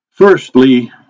Firstly